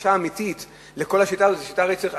הכחשה אמיתית לכל השיטה הזאת.